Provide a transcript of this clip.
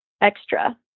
extra